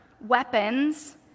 weapons